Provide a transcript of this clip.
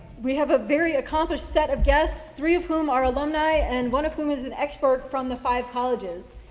we have a very accomplished set of guests, three of whom are alumni and one of whom is an expert from the five colleges.